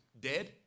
dead